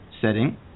setting